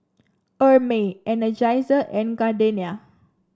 Hermes Energizer and Gardenia